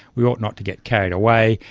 we ought not to get carried away.